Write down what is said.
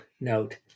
note